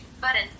Button